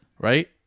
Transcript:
Right